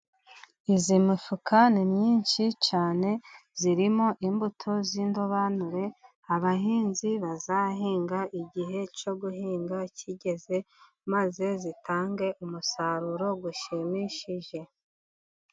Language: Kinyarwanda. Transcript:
Iyi mifuka ni myinshi cyane irimo imbuto z'indobanure abahinzi bazahinga igihe cyo guhinga kigeze, maze zitange umusaruro ushimishije.